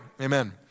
Amen